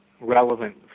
relevant